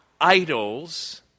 idols